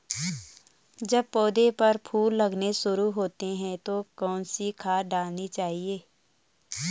जब पौधें पर फूल लगने शुरू होते हैं तो कौन सी खाद डालनी चाहिए?